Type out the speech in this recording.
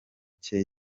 cye